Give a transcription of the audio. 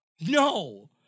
No